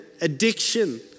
addiction